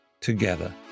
together